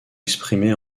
exprimée